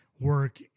work